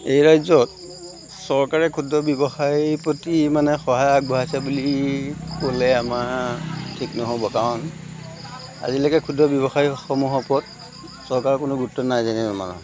এই ৰাজ্যত চৰকাৰে ক্ষুদ্ৰ ব্যৱসায়ী প্ৰতি মানে সহায় আগবঢ়াইছে বুলি ক'লে আমাৰ ঠিক নহ'ব কাৰণ আজিলৈকে ক্ষুদ্ৰ ব্যৱসায়সমূহৰ ওপৰত চৰকাৰৰ কোনো গুৰুত্ব নাই যেনেই আমা